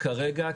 כרגע,